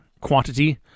quantity